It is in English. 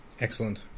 Excellent